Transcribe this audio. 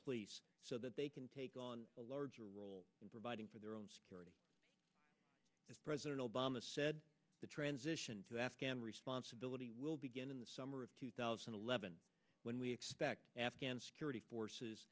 police so that they can take on a larger role in providing for their own security as president obama said the transition to afghan responsibility will begin in the summer of two thousand and eleven when we expect afghan security forces